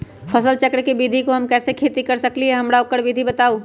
फसल चक्र के विधि से हम कैसे खेती कर सकलि ह हमरा ओकर विधि बताउ?